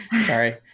sorry